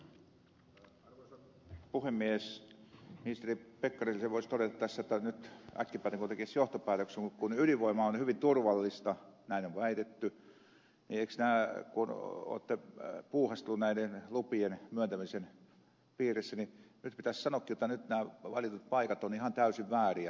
ministeri pekkariselle voisi todeta tässä että nyt äkkipäätä kun tekisi johtopäätöksen kun ydinvoima on hyvin turvallista näin on väitetty ja kun olette puuhastellut näitten lupien myöntämisen piirissä niin eikös nyt pitäisi sanoakin jotta nyt nämä valitut paikat ovat ihan täysin vääriä